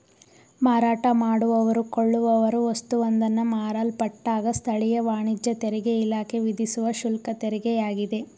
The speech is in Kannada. ಮಾರಾಟ ಮಾಡುವವ್ರು ಕೊಳ್ಳುವವ್ರು ವಸ್ತುವೊಂದನ್ನ ಮಾರಲ್ಪಟ್ಟಾಗ ಸ್ಥಳೀಯ ವಾಣಿಜ್ಯ ತೆರಿಗೆಇಲಾಖೆ ವಿಧಿಸುವ ಶುಲ್ಕತೆರಿಗೆಯಾಗಿದೆ